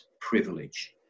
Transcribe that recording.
privilege